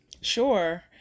Sure